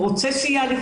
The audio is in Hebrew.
האם הוא רוצה סיוע.